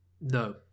No